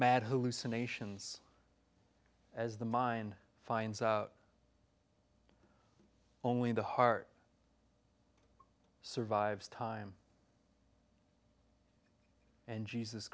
mad who loose a nation's as the mind finds out only in the heart survives time and jesus